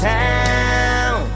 town